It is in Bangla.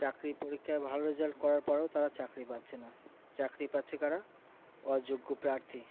চাকরির পরীক্ষায় ভালো রেজাল্ট করার পরেও তারা চাকরি পাচ্ছে না চাকরি পাচ্ছে কারা অযোগ্য প্রার্থী